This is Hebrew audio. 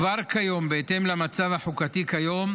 כבר כיום, בהתאם למצב החוקתי כיום,